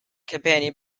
companion